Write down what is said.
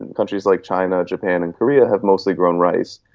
and countries like china, japan and korea have mostly grown rice.